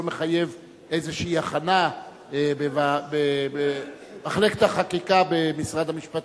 הוא לא מחייב איזו הכנה במחלקת החקיקה במשרד המשפטים.